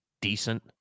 decent